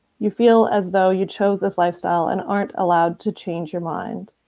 you feel as though you chose this lifestyle and aren't allowed to change your mind.